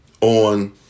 on